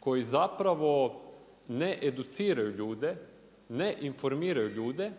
koji zapravo ne educiraju ljude, ne informiraju ljude